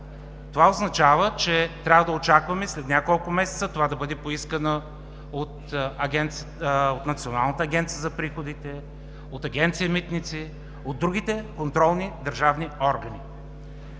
това означава, че трябва да очакваме след няколко месеца това да бъде поискано от Националната агенция за приходите, от Агенция „Митници“, от другите контролни държавни органи.